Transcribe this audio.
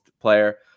player